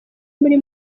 muri